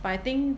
but I think